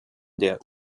der